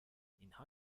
اینها